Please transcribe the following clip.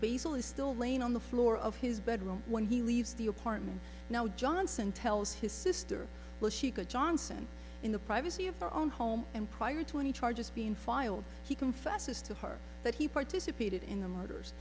is still laying on the floor of his bedroom when he leaves the apartment now johnson tells his sister well she could johnson in the privacy of her own home and prior to any charges being filed he confesses to her that he participated in the murders